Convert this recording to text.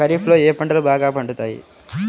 ఖరీఫ్లో ఏ పంటలు బాగా పండుతాయి?